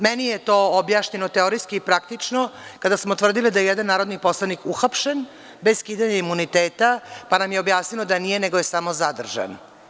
Meni je to objašnjeno teorijski i praktično kada smo tvrdile da jedan narodni poslanik uhapšen bez skidanja imuniteta, pa nam je objasnila da nije nego je samo zadržan.